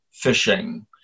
fishing